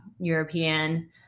european